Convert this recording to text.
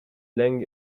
land